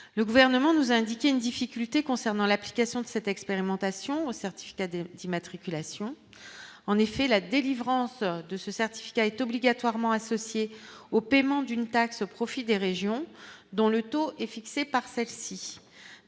le gouvernement nous a indiqué une difficulté concernant l'application de cette expérimentation au certificat de d'immatriculations en effet la délivrance de ce certificat est obligatoirement associé au paiement d'une taxe au profit des régions dont le taux est fixé par celle-ci,